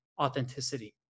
authenticity